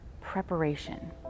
Preparation